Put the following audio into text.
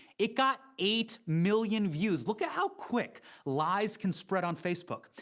it got eight million views. look at how quick lies can spread on facebook.